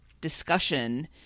discussion